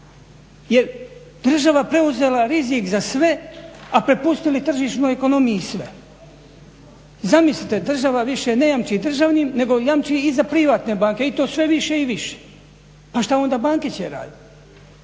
Jer država je preuzela rizik za sve a prepustili tržišnoj ekonomiji sve. Zamislite država više ne jamči državnim nego jamči i za privatne banke i to sve više i više. Pa šta onda banke će raditi?